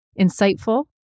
Insightful